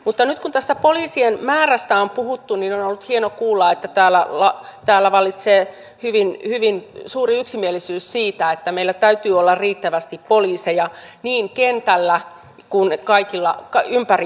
mutta nyt kun tästä poliisien määrästä on puhuttu on ollut hieno kuulla että täällä vallitsee hyvin suuri yksimielisyys siitä että meillä täytyy olla riittävästi poliiseja niin kentällä kuin ympäri maata